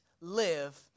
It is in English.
live